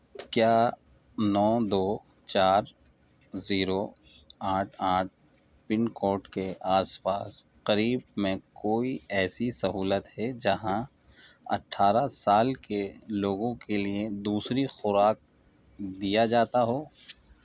کیا نو دو چار زیرو آٹھ آٹھ پن کوڈ کے آس پاس قریب میں کوئی ایسی سہولت ہے جہاں اٹھارہ سال کے لوگوں کے لیے دوسری خوراک دیا جاتا ہو